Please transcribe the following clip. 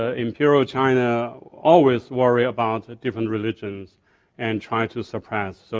ah imperial china always worry about different religions and try to suppress. so